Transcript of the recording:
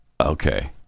Okay